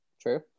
true